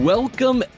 Welcome